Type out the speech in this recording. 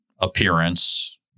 appearance